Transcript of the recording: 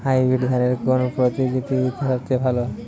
Hybrid ধানের কোন প্রজীতিটি সবথেকে ভালো?